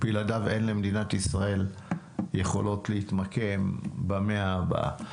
בלעדיו אין למדינת ישראל יכולות להתמקם במאה הבאה.